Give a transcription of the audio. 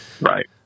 Right